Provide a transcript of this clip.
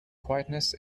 quietness